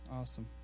Awesome